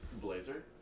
blazer